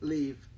Leave